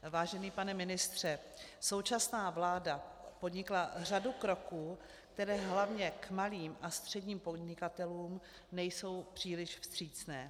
Vážený pane ministře, současná vláda podnikla řadu kroků, které hlavně k malým a středním podnikatelům nejsou příliš vstřícné.